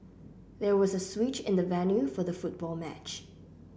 there was a switch in the venue for the football match